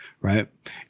Right